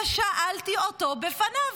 ושאלתי אותו בפניו: